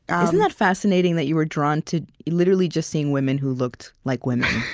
and isn't that fascinating, that you were drawn to literally just seeing women who looked like women?